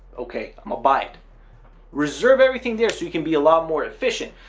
okay. i'm a byte reserved everything there so you can be a lot more efficient,